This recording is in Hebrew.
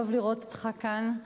טוב לראות אותך כאן.